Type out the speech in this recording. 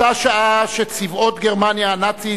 אותה שעה שצבאות גרמניה הנאצית